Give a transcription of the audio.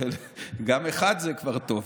גם אחד זה כבר טוב.